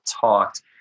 talked